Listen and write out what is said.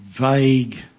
vague